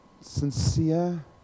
sincere